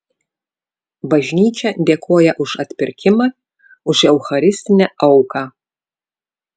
bažnyčia dėkoja už atpirkimą už eucharistinę auką